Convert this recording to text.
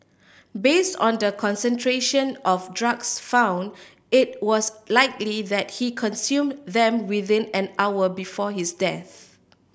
based on the concentration of drugs found it was likely that he consumed them within an hour before his death